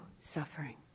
suffering